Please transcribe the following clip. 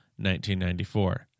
1994